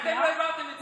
ואתם לא העברתם את זה,